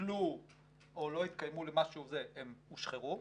בוטלו או לא התקיימו, הן הושחרו,